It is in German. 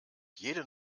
jede